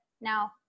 Now